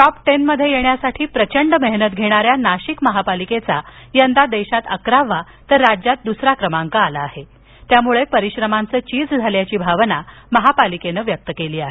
top ten मध्ये येण्यासाठी प्रचंड मेहनत घेणाऱ्या नाशिक महापालिकेचा यंदा देशात अकरावा तर राज्यात दुसरा क्रमांक आला आहे त्यामुळे परिश्रमाचे चीज झाल्याची भावना महापालिकेने व्यक्त केली आहे